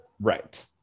Right